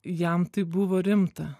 jam tai buvo rimta